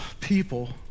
people